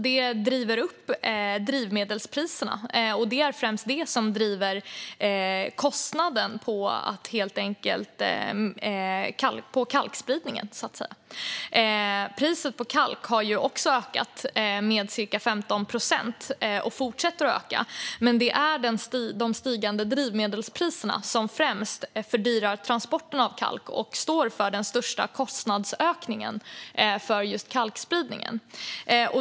Det driver upp drivmedelspriserna, och det är främst detta som driver kostnaderna för kalkspridningen. Priset på kalk har också ökat, med cirka 15 procent, och fortsätter att öka, men det är främst de stigande drivmedelspriserna som fördyrar transporterna av kalk och står för den största kostnadsökningen för kalkspridningen.